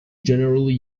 generally